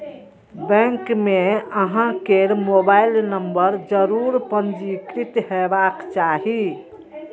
bank मे अहां केर मोबाइल नंबर जरूर पंजीकृत हेबाक चाही